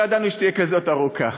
לא ידענו שהיא תהיה כזאת ארוכה.